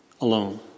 alone